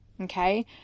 okay